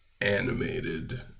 animated